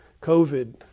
COVID